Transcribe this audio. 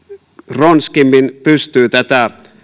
ronskeimmin pystyy tätä